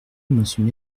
monsieur